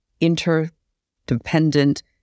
interdependent